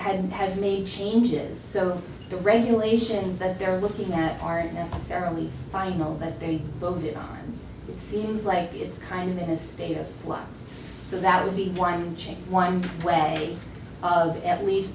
and has made changes so the regulations that they're looking at aren't necessarily final but they voted on it seems like it's kind of in a state of flux so that would be one change one way of at least